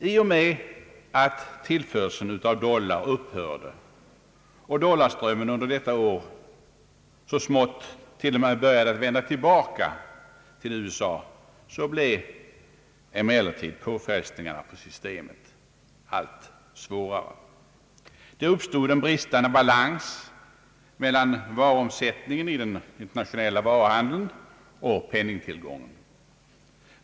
I och med att tillförseln av dollar upphörde och dollarströmmen under det senaste året t.o.m. så smått började vända tillbaka till USA blev emellertid påfrestningarna på systemet allt svårare. Det upptod en bristande balans mellan varuomsättningen i den internationella varuhandeln och penningtillgången.